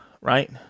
right